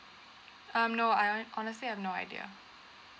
um no I ho~ honestly have no idea